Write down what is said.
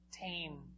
tame